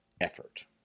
effort